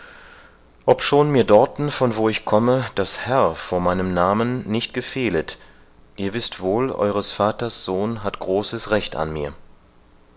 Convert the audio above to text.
obschon mir dorten von wo ich komme das herr vor meinem namen nicht gefehlet ihr wißt wohl eueres vaters sohn hat großes recht an mir